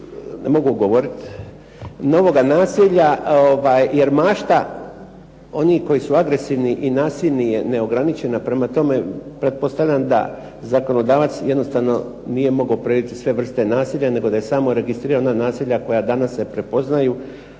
ne mogu govoriti. Novoga nasilja, jer mašta onih koji su agresivni i nasilni je neograničena prema tome, pretpostavlja da zakonodavac nije mogao predvidjeti sve vrste nasilja nego da je samo registrirao ona nasilja koja danas se prepoznaju,